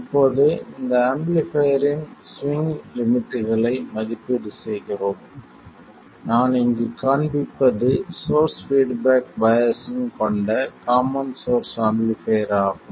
இப்போது இந்த ஆம்பிளிஃபைர் இன் ஸ்விங் லிமிட்களை மதிப்பீடு செய்கிறோம் நான் இங்கு காண்பிப்பது சோர்ஸ் பீட்பேக் பையாஸ்ஸிங் கொண்ட காமன் சோர்ஸ் ஆம்பிளிஃபைர் ஆகும்